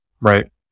right